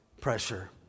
pressure